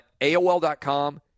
AOL.com